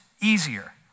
easier